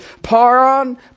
Paron